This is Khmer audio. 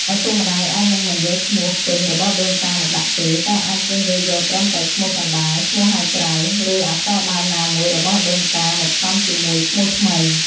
ឪពុកម្តាយអាចនឹងមិនយកឈ្មោះពេញរបស់ដូនតាមកដាក់ទេ តែអាចជ្រើសរើសយកត្រឹមតែឈ្មោះកណ្តាល ឈ្មោះហៅក្រៅ ឬអក្សរដើមណាមួយរបស់ដូនតាមកផ្សំជាមួយឈ្មោះថ្មី។